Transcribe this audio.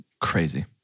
crazy